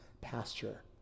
pasture